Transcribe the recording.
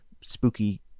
spooky